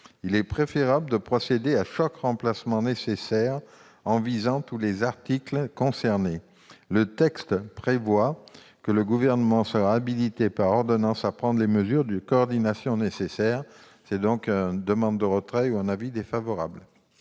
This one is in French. Il est préférable de procéder à chaque remplacement nécessaire en visant tous les articles concernés. Le texte prévoit que le Gouvernement sera habilité par ordonnance à prendre les mesures de coordination nécessaires. Absolument ! En conséquence,